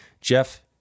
Jeff